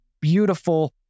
beautiful